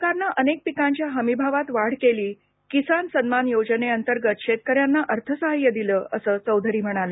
सरकारनं अनेक पिकांच्या हमी भावात वाढ केली किसान सन्मान योजने अंतर्गत शेतकऱ्यांना अर्थ साहाय्य दिलं असं चौधरी म्हणाले